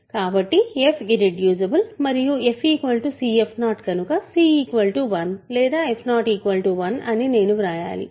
కాబట్టి f irreducible మరియు f cf0 కనుక c 1 లేదా f0 1 అని నేను వ్రాయాలి